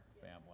family